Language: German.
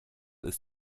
ist